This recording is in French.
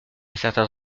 certains